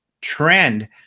trend